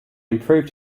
improved